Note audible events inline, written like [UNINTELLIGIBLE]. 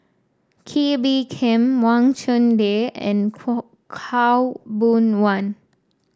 Kee Bee Khim Wang Chunde and [UNINTELLIGIBLE] Khaw Boon Wan